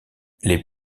les